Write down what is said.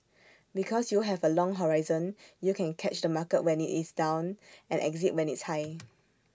because you have A long horizon you can catch the market when IT is down and exit when it's high